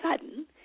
sudden